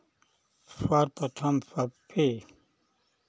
सर्वप्रथम सब पे